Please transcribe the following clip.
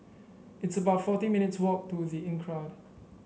it's about forty minutes' walk to The Inncrowd